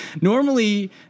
normally